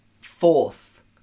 fourth